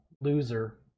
loser